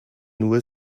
nur